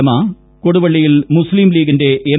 രമ കൊടുവള്ളിയിൽ മുസ് ലീംലീഗിന്റെ എം